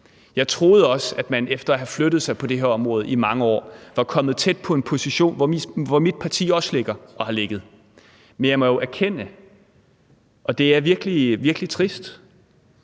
Jeg troede også, at man efter at have flyttet sig på det her område i mange år var kommet tæt på en position, hvor mit parti også ligger og har ligget. Men jeg må jo erkende – og det er virkelig trist